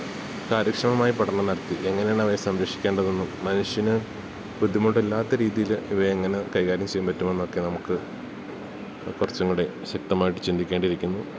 കാര്യക്ഷമമായി പഠനം നടത്തി എങ്ങനെയാണവയെ സംരക്ഷിക്കേണ്ടതൊന്നും മനുഷ്യന് ബുദ്ധിമുട്ടില്ലാത്ത രീതിയിൽ ഇവയെ എങ്ങനെ കൈകാര്യം ചെയ്യും പറ്റുമെന്നൊക്കെ നമുക്ക് കുറച്ചും കൂടെ ശക്തമായിട്ട് ചിന്തിക്കേണ്ടിയിരിക്കുന്നു